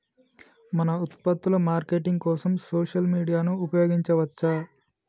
మన ఉత్పత్తుల మార్కెటింగ్ కోసం సోషల్ మీడియాను ఉపయోగించవచ్చా?